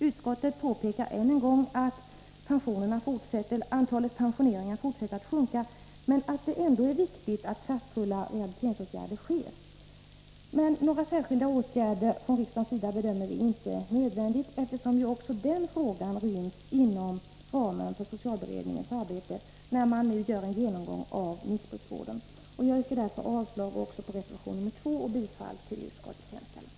Utskottet påpekar än en gång att antalet pensioneringar fortsätter att sjunka men att det ändå är viktigt att kraftfulla rehabiliteringsåtgärder sätts in. Några särskilda åtgärder från riksdagens sida bedömer vi inte som nödvändiga, eftersom ju också den frågan ryms inom ramen för socialberedningens arbete, när man nu gör en genomgång av missbruksvården. Jag yrkar därför avslag också på reservation nr 2 och bifall till utskottets hemställan.